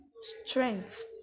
strength